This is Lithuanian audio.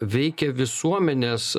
veikia visuomenės